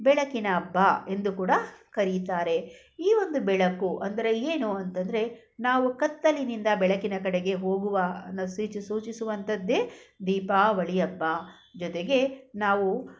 ಬೆಳಕಿನ ಹಬ್ಬ ಎಂದು ಕೂಡ ಕರೀತಾರೆ ಈ ಒಂದು ಬೆಳಕು ಅಂದರೆ ಏನು ಅಂತಂದರೆ ನಾವು ಕತ್ತಲಿನಿಂದ ಬೆಳಕಿನ ಕಡೆಗೆ ಹೋಗುವ ಅನ್ನ ಸೂಚಿ ಸೂಚಿಸುವಂಥದ್ದೇ ದೀಪಾವಳಿ ಹಬ್ಬ ಜೊತೆಗೆ ನಾವು